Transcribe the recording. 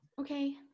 Okay